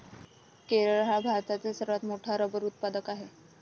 केरळ हा भारतातील सर्वात मोठा रबर उत्पादक आहे